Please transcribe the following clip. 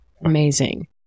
Amazing